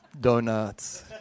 donuts